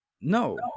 No